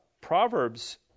Proverbs